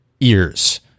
ears